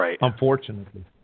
unfortunately